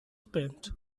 spent